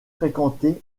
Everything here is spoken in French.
fréquentées